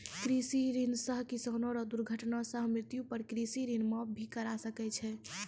कृषि ऋण सह किसानो रो दुर्घटना सह मृत्यु पर कृषि ऋण माप भी करा सकै छै